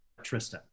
Trista